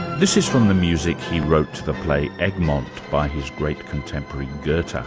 this is from the music he wrote to the play egmont, by his great contemporary, goethe,